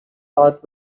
heart